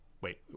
Wait